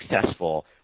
successful